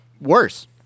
Worse